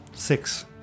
six